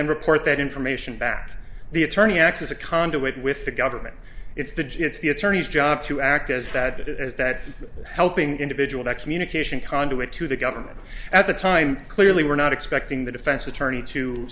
then report that information back the attorney acts as a conduit with the government it's the g it's the attorney's job to act as that is that helping individual that communication conduit to the government at the time clearly we're not expecting the defense attorney to